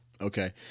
Okay